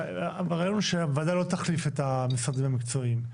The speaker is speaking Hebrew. והרעיון הוא שהוועדה לא תחליף את המשרדים המקצועיים.